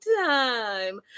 time